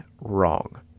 wrong